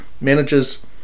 managers